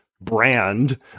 brand